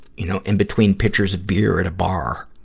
you know, in between pitchers of beer at a bar.